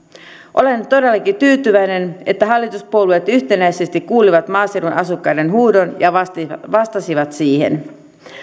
olen todellakin tyytyväinen että hallituspuolueet yhtenäisesti kuulivat maaseudun asukkaiden huudon ja vastasivat vastasivat siihen